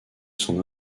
son